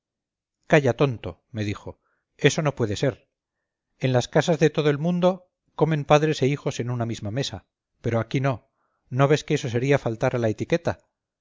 calla tonto me dijo eso no puede ser en las casas de todo el mundo comen padres e hijos en una misma mesa pero aquí no no ves que eso sería faltar a la etiqueta